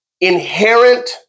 inherent